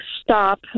stop